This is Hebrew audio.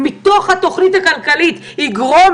מתוך התוכנית הכלכלית יגרום